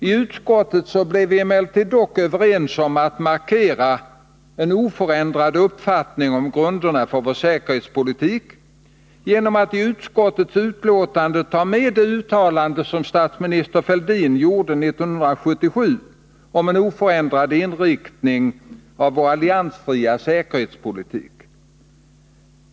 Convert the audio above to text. I utskottet blev vi dock överens om att markera en oförändrad uppfattning om grunderna för vår säkerhetspolitik genom att i utskottets betänkande ta med det uttalande som statsminister Fälldin gjorde 1977 om en oförändrad inriktning av vår alliansfria säkerhetspolitik.